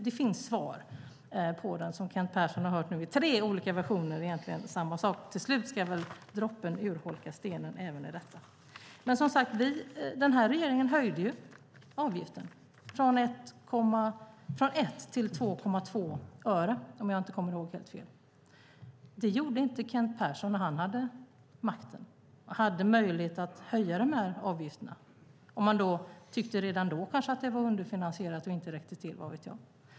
Det finns svar på den som Kent Persson nu har hört i tre olika versioner. Till slut ska väl droppen urholka stenen även i det här fallet. Den här regeringen höjde avgiften från 1 till 2,2 öre, om jag inte kommer ihåg helt fel. Det gjorde inte Kent Persson när han hade makten och hade möjlighet att höja avgiften, om man redan då tyckte att det var underfinansierat och inte räckte till - vad vet jag.